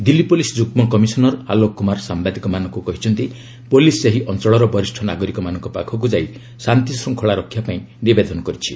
Delhi police ଯୁଗ୍ମ commissioner Alok Kumar ସାମ୍ଭାଦିକମାନଙ୍କୁ କହିଛନ୍ତି ପୁଲିସ୍ ସେହି ଅଞ୍ଚଳର ବରିଷ୍ଠ ନାଗରିକମାନଙ୍କ ପାଖକୁ ଯାଇ ଶାନ୍ତିଶୃଙ୍ଖଳା ରକ୍ଷା ପାଇଁ ନିବେଦନ କରିଛି